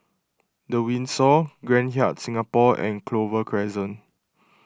the Windsor Grand Hyatt Singapore and Clover Crescent